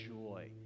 joy